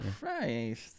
christ